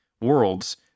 worlds